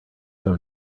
come